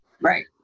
Right